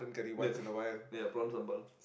the ya Prawn sambal